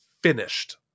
finished